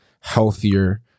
healthier